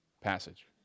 passage